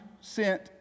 sent